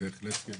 בהחלט כן.